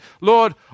Lord